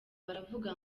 baravuga